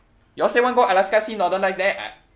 you all say want go alaska see northern lights there